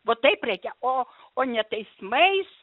va taip reikia o o ne teismais